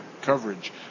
coverage